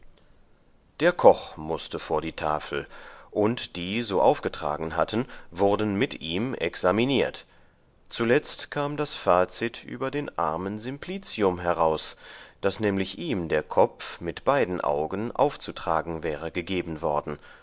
der koch mußte vor die tafel und die so aufgetragen hatten wurden mit ihm examiniert zuletzt kam das fazit über den armen